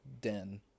den